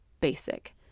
basic